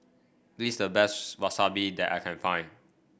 this is the best Wasabi that I can find